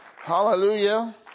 Hallelujah